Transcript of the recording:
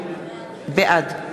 בעד